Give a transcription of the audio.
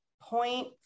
point